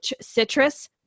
citrus